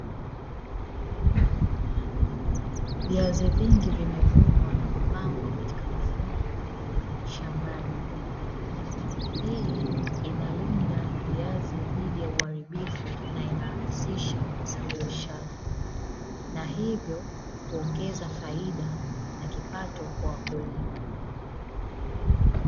Viazi vingi vimevunwa na kupangwa katika mafungu shambani, hii inalinda viazi dhidi ya uharibifu na inarahisisha usafirishaji na hivyo kuongeza faida na kipato kwa wakulima.